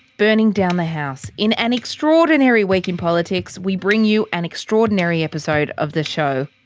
burning down the house. in an extraordinary week in politics, we bring you an extraordinary episode of the show.